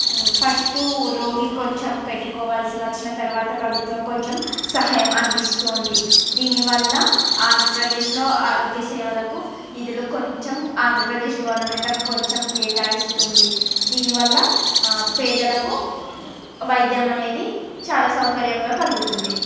first రోగికి కొంచెం పెట్టుకోవలసి వచ్చిన తర్వాత ప్రభుత్వం కొంచెం సహాయం అందిస్తుంది దీనివల్ల ఆంధ్రప్రదేశ్లో ఆరోగ్య సేవలకు నిధులు కొంచెం ఆంధ్రప్రదేశ్ గవర్నమెంటమ్ కొంచెం కేటాయిస్తుంది దీనివల్ల పేదలకు వైద్యం అనేది చాలా సౌకర్యంగా కలుగుతుంది